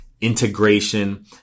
integration